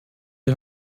die